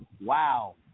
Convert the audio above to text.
wow